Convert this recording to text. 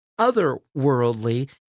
otherworldly